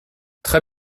très